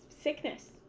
sickness